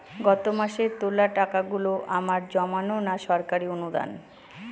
গত মাসের তোলা টাকাগুলো আমার জমানো না সরকারি অনুদান?